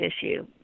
issue